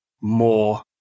more